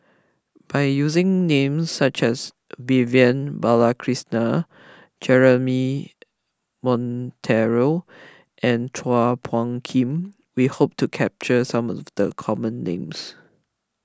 by using names such as Vivian Balakrishnan Jeremy Monteiro and Chua Phung Kim we hope to capture some of the common names